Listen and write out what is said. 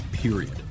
Period